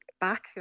back